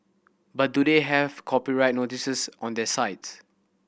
but do they have copyright notices on their sites